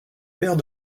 père